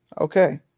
Okay